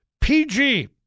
PG